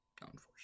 unfortunately